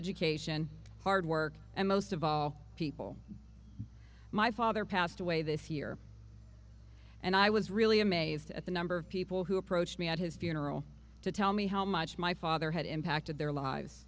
education hard work and most of all people my father passed away this year and i was really amazed at the number of people who approached me at his funeral to tell me how much my father had impacted their lives